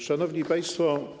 Szanowni Państwo!